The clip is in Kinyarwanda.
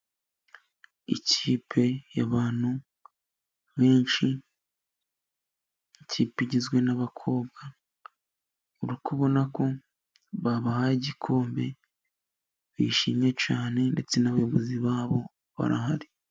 Ikipe y'abantu benshi n'ikipe igizwe n'abakobwa. Uri kubona ko babahaye igikombe bishimye cyane ndetse n'abayobozi babo barahari.